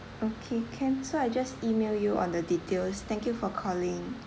okay can so I just email you on the details thank you for calling